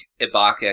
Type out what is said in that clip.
Ibaka